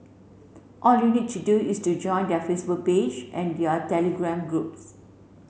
all you need to do is to join their Facebook page and their telegram groups